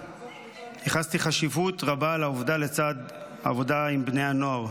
ייחסתי חשיבות רבה לעבודה עם בני הנוער.